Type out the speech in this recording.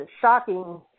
shocking